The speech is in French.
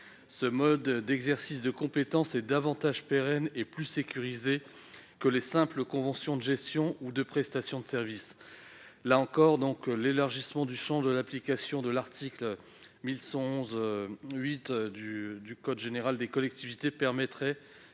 Ce mode d'exercice de la compétence est plus pérenne et sécurisé que les simples conventions de gestion ou de prestations de services. L'élargissement du champ d'application de l'article L. 1111-8 du code général des collectivités territoriales